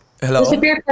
Hello